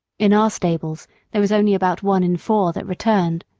in our stables there was only about one in four that returned.